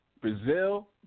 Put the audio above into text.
Brazil